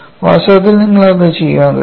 വാസ്തവത്തിൽ നിങ്ങൾക്ക് അത് ചെയ്യാൻ കഴിയും